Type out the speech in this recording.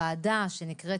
לכן,